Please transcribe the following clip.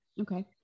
Okay